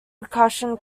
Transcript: percussion